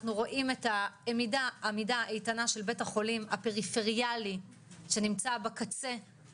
אנחנו רואים את העמידה האיתנה של בית החולים הפריפריאלי שנמצא בקצה,